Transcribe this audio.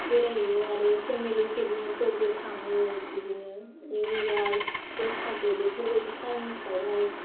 बेरायो आरो फेमिलि पिकनिकफोरबो थाङो एरैनो निउ इयार बैसागु बेफोरबायदि टाइमफ्राउहाय